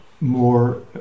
More